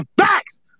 facts